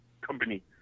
company